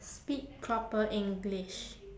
speak proper english